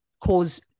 cause